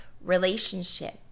relationship